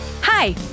Hi